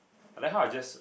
I like how I just